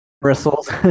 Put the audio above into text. Bristles